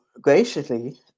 Graciously